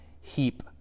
heap